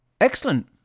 Excellent